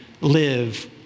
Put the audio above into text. live